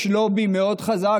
יש לובי מאוד חזק,